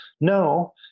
no